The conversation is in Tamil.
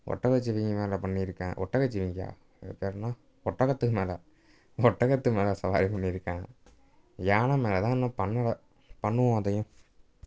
ஒட்டகச்சிவிங்கி மேலே பண்ணியிருக்கேன் ஒட்டகச்சிவிங்கியா இது பேர் என்ன ஒட்டகத்து மேலே ஒட்டகத்து மேலே சவாரி பண்ணி இருக்கேன் யானை மேலே தான் இன்னும் பண்ணலை பண்ணுவோம் அதையும்